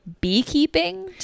beekeeping